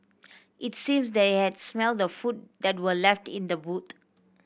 it seems they had smelt the food that were left in the boot